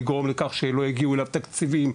לגרום לכך שלא יגיעו אליו תקציבים,